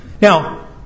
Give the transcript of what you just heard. Now